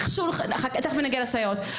תכף אגיע לסייעות.